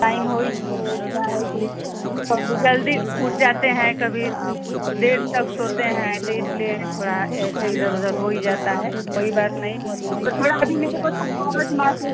time हो ही वह क्या है कि थोड़ा जल्दी उठ जाते हैं कभी देर तक सोते हैं तो इसलिए थोड़ा ऐसे इधर उधर हो ही जाता है कोई बात नहीं पर थोड़ा अभी मेरे को तो